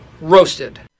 roasted